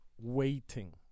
waiting